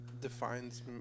defines